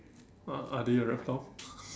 uh are they a reptile